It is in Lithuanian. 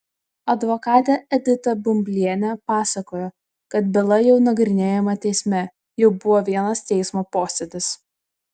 advokatė edita bumblienė pasakojo kad byla jau nagrinėjama teisme jau buvo vienas teismo posėdis